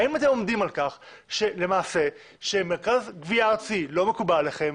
האם אתם עומדים על כך שלמעשה מרכז גבייה ארצי לא מקובל עליכם,